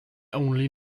only